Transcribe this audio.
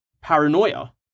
paranoia